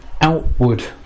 outward